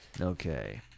Okay